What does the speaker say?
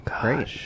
Great